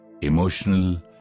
emotional